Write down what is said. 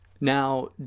Now